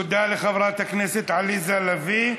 תודה לחברת הכנסת עליזה לביא.